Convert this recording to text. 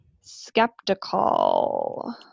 skeptical